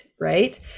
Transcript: right